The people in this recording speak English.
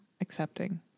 accepting